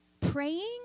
praying